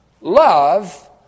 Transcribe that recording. love